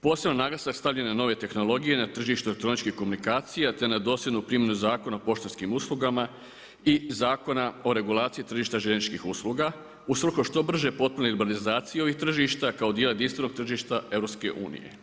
Poseban naglasak stavljen je na nove tehnologije na tržištu elektroničkih komunikacija te na dosljednu primjenu Zakona o poštanskim uslugama i Zakona o regulaciji tržišta željezničkih usluga u svrhu što brže potpune urbanizacije ovih tržišta kao dijela jedinstvenog tržišta EU.